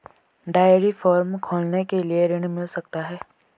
Dairy farm खोलने के लिए ऋण मिल सकता है?